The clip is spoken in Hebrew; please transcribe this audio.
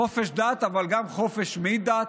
חופש דת, אבל גם לחופש מדת,